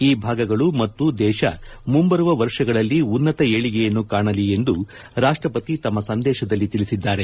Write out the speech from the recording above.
ಈ ಭಾಗಗಳು ಮತ್ತು ದೇಶ ಮುಂಬರುವ ವರ್ಷಗಳಲ್ಲಿ ಉನ್ನತ ಏಳಿಗೆಯನ್ನು ಕಾಣಲಿ ಎಂದು ರಾಷ್ಟಪತಿ ತಮ್ಮ ಸಂದೇಶದಲ್ಲಿ ತಿಳಿಸಿದ್ದಾರೆ